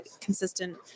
consistent